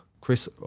Chris